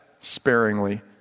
sparingly